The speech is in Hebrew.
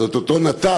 אז את אותו נת"צ,